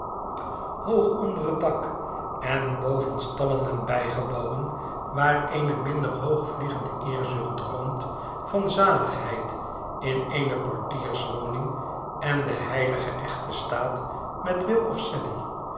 onder het dak en boven stallen en bijgebouwen waar eene minder hoogvliegende eerzucht droomt van zaligheid in eene portierswoning en in den heiligen echten staat met will of sally